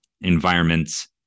environments